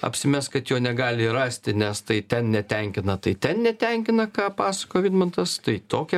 apsimes kad jo negali rasti nes tai ten netenkina tai ten netenkina ką pasakojo vidmantas tai tokia